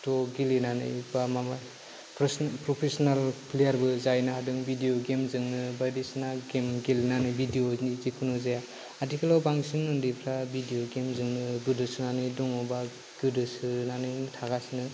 एथ' गेलेनानै बा माबा प्रफेसनेल प्लेयारबो जाहैनो हादों भिडिअ गेमजोंनो बायदिसिना गेम गेलेनानै भिडिअनि जिकुनु जाया आथिखालाव बांसिन उन्दैफोरा भिडिअ गेमजोंनो गोदोसोनानै दं गोदोसोनानैनो थागासिनो दङ